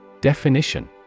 Definition